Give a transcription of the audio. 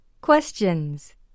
Questions